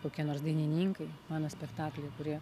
kokie nors dainininkai mano spektaklių kurie